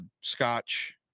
scotch